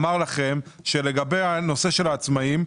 אמר לכם שלגבי הנושא של עצמאים,